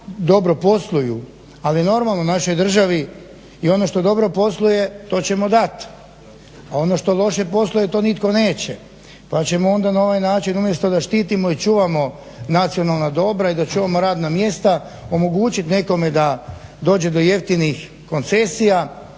dobro posluju, ali normalno našoj državi i ono što dobro posluje to ćemo dat, a ono što loše posluje to nitko neće. Pa ćemo onda ona ovaj način umjesto da štitimo i čuvamo nacionalna dobra i da čuvamo radna mjesta, omogućiti nekome da dođe do jeftinih koncesija,